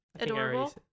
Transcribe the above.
Adorable